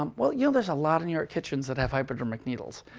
um well, you know, there's a lot of new york kitchens that have hypodermic needles.